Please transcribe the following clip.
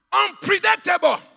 unpredictable